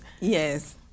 yes